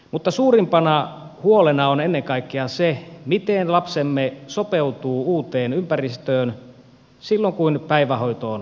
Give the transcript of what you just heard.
mutta suurimpana huolena on ennen kaikkea se miten lapsemme sopeutuu uuteen ympäristöön silloin kun päivähoito on alkamassa